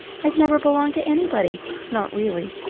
i've never belonged to anybody not really.